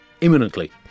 imminently